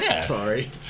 Sorry